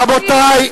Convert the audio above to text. רבותי,